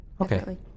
Okay